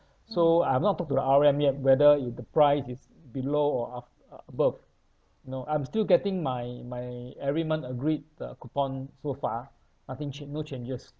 so I have not talked to the R_M yet whether if the price is below or av~ a~ above you know I'm still getting my my every month agreed uh coupon so far nothing cha~ no changes